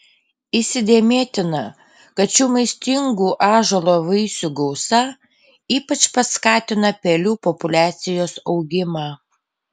įsidėmėtina kad šių maistingų ąžuolo vaisių gausa ypač paskatina pelių populiacijos augimą